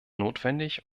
notwendig